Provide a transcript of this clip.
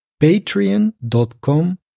patreon.com